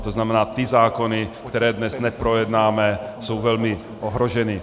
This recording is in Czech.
To znamená, ty zákony, které dnes neprojednáme, jsou velmi ohroženy.